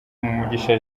mugisha